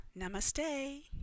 namaste